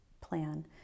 plan